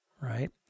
right